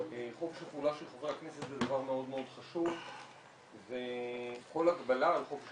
חופש הפעולה של חברי הכנסת זה דבר מאוד חשוב וכל הגבלה של חופש